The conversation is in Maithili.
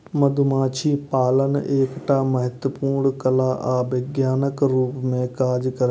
मधुमाछी पालन एकटा महत्वपूर्ण कला आ विज्ञानक रूप मे काज करै छै